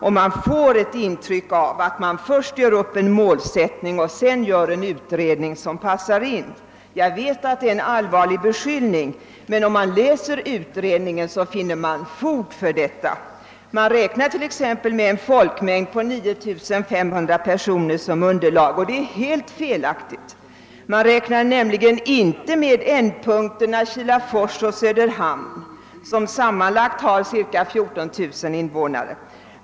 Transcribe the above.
Jag har fått ett intryck av att SJ gör upp en målsättning och sedan gör en utredning som passar in. Jag vet att det är en allvarlig beskyllning, men den som läser utredningen finner fog för påståendet. Man räknar t.ex. med en folkmängd på 9500 personer som underlag, och det är helt felaktigt. Man räknar nämligen inte med ändpunkterna Kilafors och Söderhamn, som sammanlagt har ca 14 000 invånare.